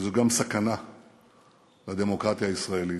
וזו גם סכנה לדמוקרטיה הישראלית.